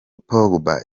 pogba